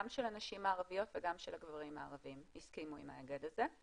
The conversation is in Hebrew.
גם של הנשים הערביות וגם של הגברים הערביים הסכימו עם ההיגד הזה,